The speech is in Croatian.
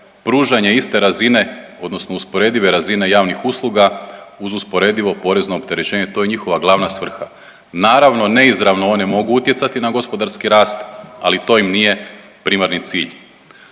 pružanje iste razine, odnosno usporedive razine javnih usluga uz usporedivo porezno opterećenje. To je njihova glavna svrha. Naravno neizravno one mogu utjecati na gospodarski rast, ali to im nije primarni cilj.